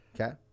Okay